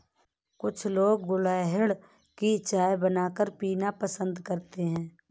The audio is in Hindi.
कुछ लोग गुलहड़ की चाय बनाकर पीना पसंद करते है